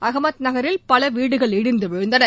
அஹமத் நகரில் பல வீடுகள் இடிந்து விழுந்தன